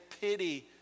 pity